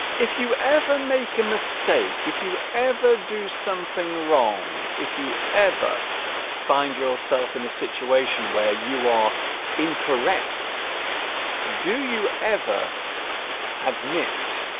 if you ever make a mistake if you ever do something wrong if you ever find yourself in a situation where you are incorrect do you ever admit